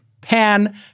pan